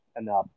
enough